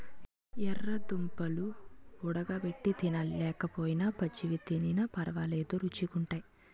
యెర్ర దుంపలు వుడగబెట్టి తినాలి లేకపోయినా పచ్చివి తినిన పరవాలేదు రుచీ గుంటయ్